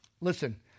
Listen